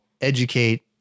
educate